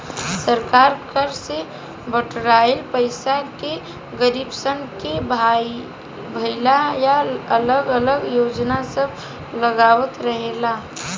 सरकार कर से बिटोराइल पईसा से गरीबसन के भलाई ला अलग अलग योजना सब लगावत रहेला